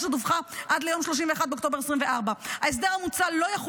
שדווחה עד ליום 31 באוקטובר 2024. ההסדר המוצע לא יחול